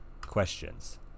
questions